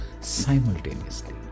simultaneously